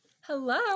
hello